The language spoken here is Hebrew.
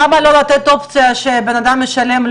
בעיניים האלה הכיוון שלהם לא